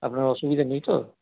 আপনার অসুবিধা নেই তো